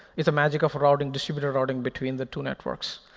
it's a magic of routing, distributed routing, between the two networks.